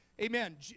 amen